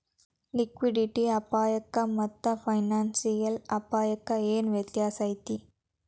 Liquidity ಅಪಾಯಕ್ಕಾಮಾತ್ತ financial ಅಪ್ಪಾಯಕ್ಕ ಏನ್ ವ್ಯತ್ಯಾಸೈತಿ?